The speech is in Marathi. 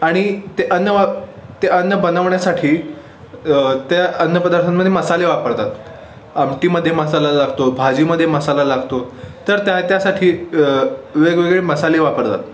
आणि ते अन्न वा ते अन्न बनवण्यासाठी त्या अन्न पदार्थांमध्ये मसाले वापरतात आमटीमध्ये मसाला लागतो भाजीमध्ये मसाला लागतो तर त्या त्यासाठी वेगवेगळे मसाले वापरतात